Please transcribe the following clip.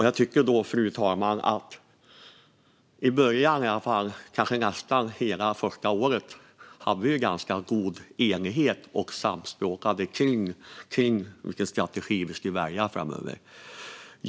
Jag tycker, fru talman, att vi i början - och kanske nästan hela första året - hade en ganska god enighet och samspråkade kring vilken strategi vi skulle välja framöver. Fru talman!